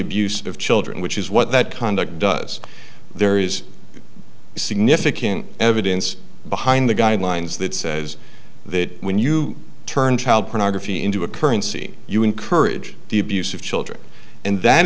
abuse of children which is what that conduct does there is significant evidence behind the guidelines that says that when you turn child pornography into a currency you encourage the abuse of children and that